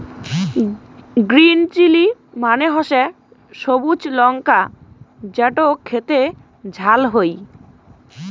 green chilli মানে হসে সবুজ লঙ্কা যেটো খেতে ঝাল হই